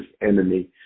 enemy